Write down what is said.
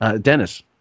Dennis